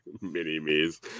Mini-me's